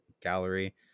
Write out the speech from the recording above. Gallery